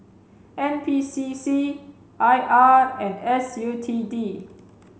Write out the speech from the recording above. N P C C I R and S U T D